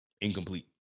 incomplete